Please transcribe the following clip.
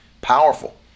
Powerful